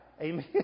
Amen